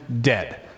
dead